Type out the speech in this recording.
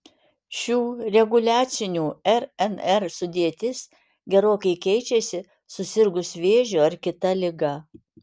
šių reguliacinių rnr sudėtis gerokai keičiasi susirgus vėžiu ar kita liga